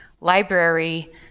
library